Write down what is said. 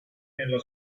nella